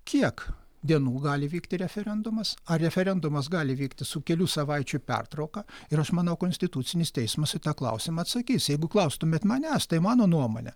kiek dienų gali įvykti referendumas ar referendumas gali vykti su kelių savaičių pertrauka ir aš manau konstitucinis teismas į tą klausimą atsakys jeigu klaustumėt manęs tai mano nuomone